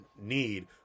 need